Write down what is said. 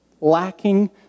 lacking